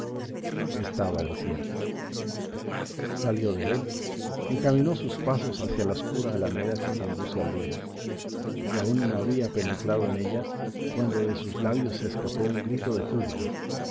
estaba desierto salió de él encaminó sus pasos hacia la oscura alameda que conduce al duero y aún no había penetrado en ella cuando de sus labios se escapó un grito de júbilo